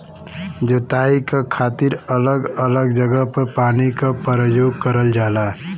जोताई क खातिर अलग अलग जगह पर पानी क परयोग करल जाला